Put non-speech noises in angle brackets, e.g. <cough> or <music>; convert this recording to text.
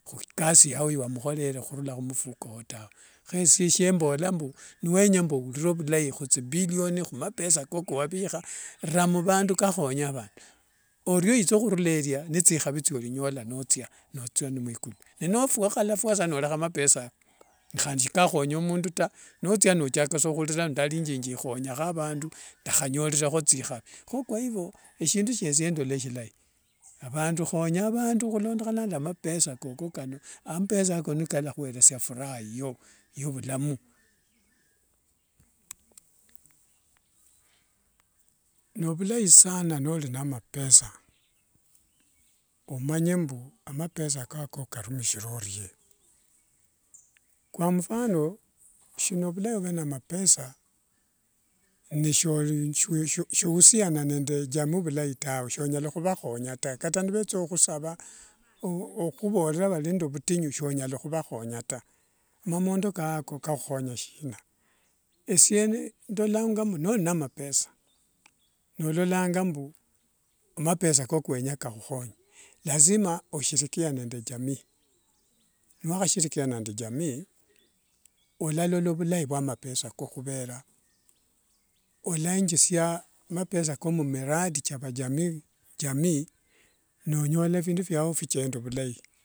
Ikasi yao ya wamukhorere khurula khumufuko kwao tawe kho esie shiembola mbu niwenya owurire vulai khuthibillioni khumapesa ko kuwavikha ra muvandu nikakhonya vandu orio itha khurula eria nithikhavi thiorinyola nothia mwikulu ninofua saa norekha mapesa ako khandi sikhakhonya mundu taa nothia nochaka saa khurira mbu ndarithingikho khonyakho avandu ndakhanyorerekho thikhavi kho kwa ivo shindu shia esie ndola shilai khonya avandu khulondokhana nde mapesa koko kano amapesa ako nikalakhueresia furaha yiyo yovulamu novulai sanaa nori namapesa omanye mbu amapesa koko okarumishira orie kwa mfano shinovulai ove na mapesa ni <unintelligible> jamii vulai tawe shonyala khuvakhonya taa kata nivetha khukhusava okhukhuvorera variende vutinyu shonyala khuvakhonya taa mamondo kawako kakhuhonya sina, esie ndolanga mbu nori na mapesa nololanga mbu mapesa ko wenya kahukhonye lazima oshirikiane nde jamii niwakhashirikiana nde jamii olalola vulai vwa mapesa ko khuvera olenjisia mapesa ko mumiradi kiajamii nonyola phindu fyao phikenda vulai